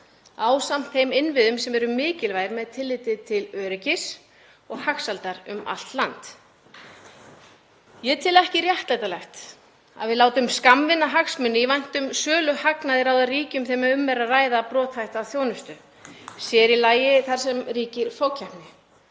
ásamt þeim innviðum sem eru mikilvægir með tilliti til öryggis og hagsældar um allt land. Ég tel ekki réttlætanlegt að við látum skammvinna hagsmuni í væntum söluhagnaði ráða ríkjum þegar um er að ræða brothætta þjónustu, sér í lagi þar sem ríkir fákeppni,